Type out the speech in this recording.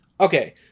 Okay